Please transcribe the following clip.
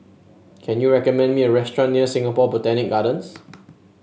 can you recommend me a restaurant near Singapore Botanic Gardens